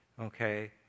okay